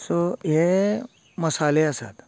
so हे मसाले आसात